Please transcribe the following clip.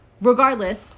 Regardless